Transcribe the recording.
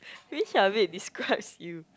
which of it describes you